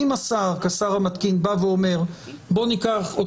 אם השר כשר המתקין בא ואומר: בואו ניקח עוד